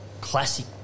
Classic